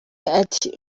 ati